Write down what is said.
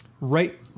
right